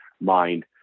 Mind